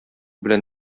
белән